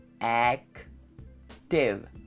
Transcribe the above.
active